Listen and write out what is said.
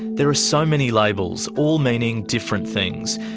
there are so many labels, all meaning different things,